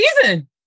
season